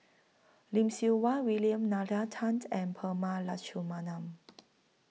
Lim Siew Wai William Nalla Tan and Prema Letchumanan